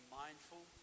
mindful